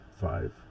five